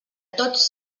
tots